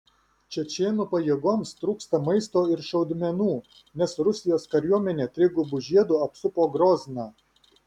čečėnų pajėgoms trūksta maisto ir šaudmenų nes rusijos kariuomenė trigubu žiedu apsupo grozną